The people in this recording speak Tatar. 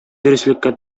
дөреслеккә